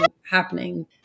happening